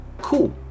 Cool